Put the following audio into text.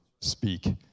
speak